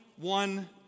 one